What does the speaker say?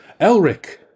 Elric